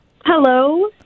Hello